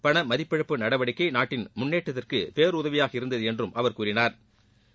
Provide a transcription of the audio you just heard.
பண மதிப்பிழப்பு நடவடிக்கை நாட்டின் முன்னேற்றத்திற்கு பேருதவியாக இருந்தது என்றும் அவர் கூறினாள்